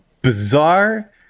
bizarre